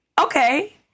okay